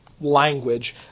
language